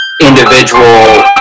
individual